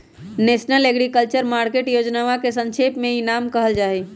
national agriculture market योजनवा के संक्षेप में ई नाम कहल जाहई